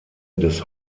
des